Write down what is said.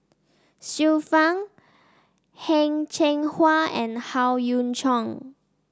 Xiu Fang Heng Cheng Hwa and Howe Yoon Chong